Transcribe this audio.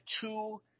two